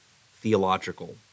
theological